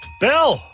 Bill